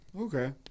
Okay